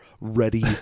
ready